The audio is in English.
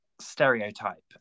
stereotype